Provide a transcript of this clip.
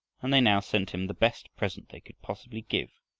and they now sent him the best present they could possibly give